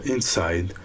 Inside